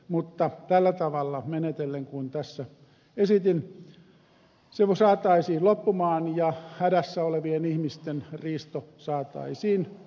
mutta tällä tavalla menetellen kuin tässä esitin se saataisiin loppumaan ja hädässä olevien ihmisten riisto saataisiin loppumaan samalla